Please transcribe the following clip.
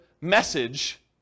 message